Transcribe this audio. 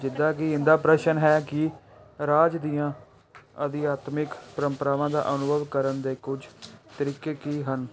ਜਿੱਦਾਂ ਕਿ ਇਨਦਾ ਪ੍ਰਸ਼ਨ ਹੈ ਕਿ ਰਾਜ ਦੀਆਂ ਅਧਿਆਤਮਿਕ ਪਰੰਪਰਾਵਾਂ ਦਾ ਅਨੁਭਵ ਕਰਨ ਦੇ ਕੁਝ ਤਰੀਕੇ ਕੀ ਹਨ